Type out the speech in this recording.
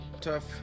tough